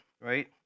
right